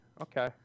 Okay